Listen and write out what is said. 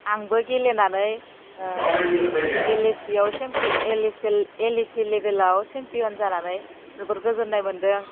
आंबो गेलेनानै एलएसि लेबेलाव चेमपियन जानानै जोबोर गोजोन्नाय मोनदों